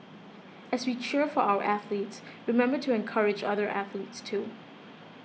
as we cheer for our athletes remember to encourage other athletes too